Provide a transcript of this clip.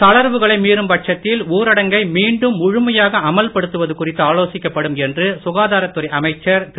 தளர்வுகளை மீறும் பட்சத்தில் ஊரடங்கை மீண்டும் முழுமையாக அமல்படுத்துவது குறித்து ஆலோசிக்கப்படும் என்று சுகாதாரத்துறை அமைச்சர் திரு